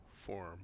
form